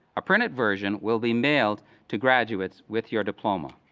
a printed version will be mailed to graduates with your diploma.